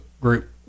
group